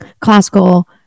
classical